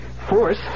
force